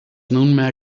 nunmehr